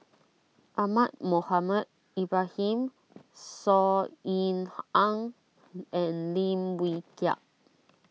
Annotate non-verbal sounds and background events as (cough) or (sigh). Ahmad Mohamed Ibrahim Saw Ean (noise) Ang and Lim Wee Kiak